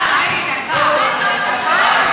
חיים, חיים.